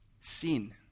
Sin